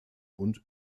und